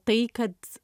tai kad